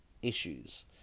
issues